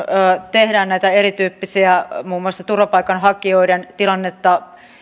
tehdään näitä erityyppisiä muun muassa turvapaikanhakijoiden tilannetta